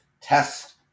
test